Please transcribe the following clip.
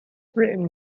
written